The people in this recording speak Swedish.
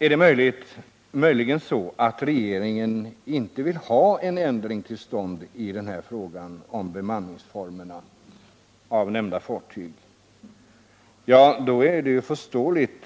Är det möjligen så att regeringen inte vill ha en ändring till stånd av bemanningsformerna för nämnda fartyg? I så fall är det förståeligt